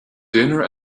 dinner